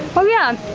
oh yeah,